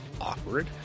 awkward